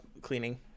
cleaning